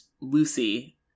Lucy